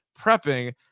prepping